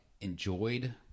enjoyed